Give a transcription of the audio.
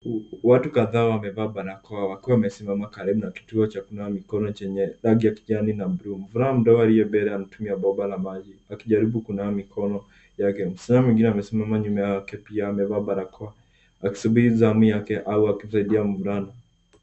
Watu kadhaa wamevaa barakoa wakiwa wamesimama karibu na kituo cha kunawa mikono chenye rangi ya kijani na bluu. Mvulana mdogo aliye mbele anatumia bomba la maji akijaribu kunawa mikono yake. Msichana mwingine amesimama nyuma yake pia amevaa barakoa akisubiri zamu yake au akisaidia mvulana.